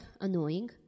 annoying